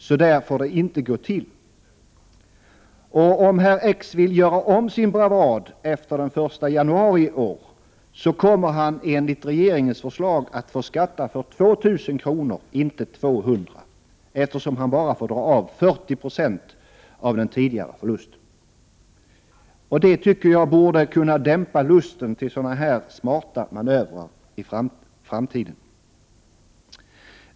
Så där får det inte gå till. Om herr X vill göra om sin bravad efter den 1 januari i år kommer han enligt regeringens förslag att få skatta för 2 000 kr. och inte för 200, eftersom han bara får dra av 40 96 av den tidigare förlusten. Det borde kunna dämpa lusten till sådana smarta manövrer i framtiden, tycker jag.